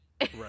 right